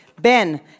Ben